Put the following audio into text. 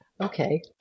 okay